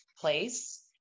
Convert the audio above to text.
place